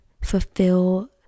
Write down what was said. fulfill